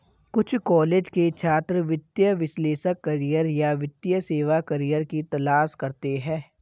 कुछ कॉलेज के छात्र वित्तीय विश्लेषक करियर या वित्तीय सेवा करियर की तलाश करते है